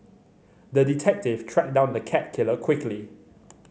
the detective tracked down the cat killer quickly